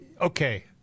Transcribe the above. Okay